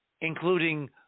including